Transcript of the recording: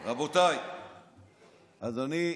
אדוני,